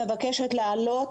אני מבקשת לענות,